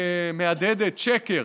מהדהדת שקר